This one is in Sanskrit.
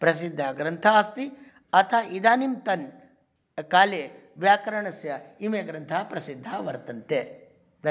प्रसिद्धः ग्रन्थः अस्ति अतः इदानीन्तनकाले व्याकरणस्य इमे ग्रन्थाः प्रसिद्धाः वर्तन्ते धन्